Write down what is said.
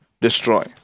destroy